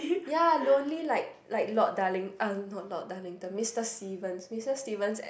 ya lonely like like Lord Darling uh no not darlington Mr stevens Mr Stevens at